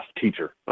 teacher